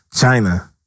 China